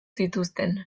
zituzten